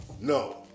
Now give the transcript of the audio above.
No